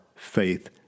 Faith